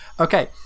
okay